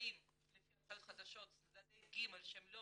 האם לפי ההנחיות החדשות צדדי ג' שהם לא